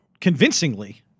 convincingly